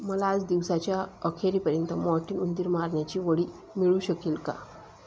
मला आज दिवसाच्या अखेरीपर्यंत मोटिन उंदीर मारण्याची वडी मिळू शकेल का